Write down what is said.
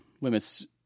limits